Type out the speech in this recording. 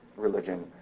religion